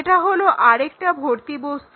এটা হলো আরেকটা ভর্তি বস্তু